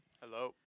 Hello